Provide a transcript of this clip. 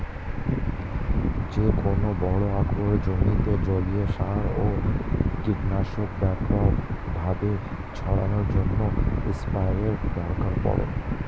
যেকোনো বড় আকারের জমিতে জলীয় সার ও কীটনাশক ব্যাপকভাবে ছড়ানোর জন্য স্প্রেয়ারের দরকার পড়ে